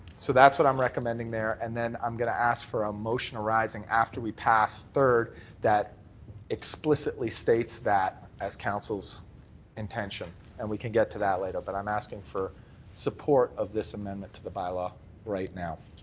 so that's what i'm recommending there. and i'm going to ask for a motion arising after we pass third that explicitly states that as council's intention and we can get to that later but i'm asking for support of this amendment to the bylaw right now.